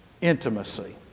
intimacy